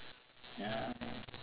ya